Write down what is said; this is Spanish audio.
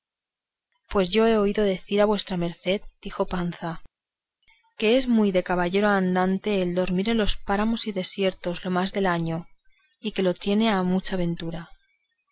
pues yo he oído decir a vuestra merced dijo panza que es muy de caballeros andantes el dormir en los páramos y desiertos lo más del año y que lo tienen a mucha ventura